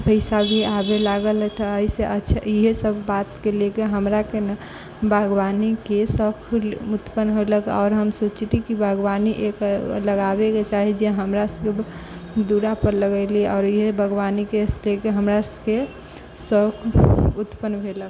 पइसा भी आबै लागल एहिसँ अच्छा इएहसब बातके लेके हमराके ने बागवानीके शौक फुर उत्पन्न हौलक आओर हम सोचली कि बागवानी एक लगाबैके चाही जे हमरासब दुअरापर लगेली हऽ आओर इएह बागवानीके वास्ते हमरासबके शौक उत्पन्न भेलक